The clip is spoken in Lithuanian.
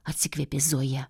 atsikvėpė zoja